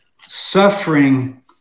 suffering